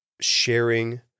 sharing